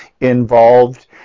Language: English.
involved